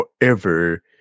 forever